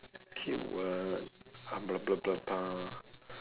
okay [what] blah blah blah blah